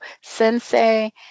sensei